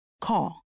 Call